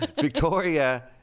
Victoria